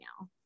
now